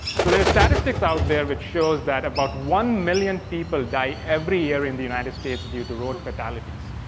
so there are statistics out there which shows that about one million people die every year in the united states due to road fatalities.